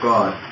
God